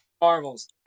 Marvels